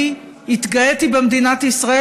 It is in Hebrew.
אני התגאיתי במדינת ישראל,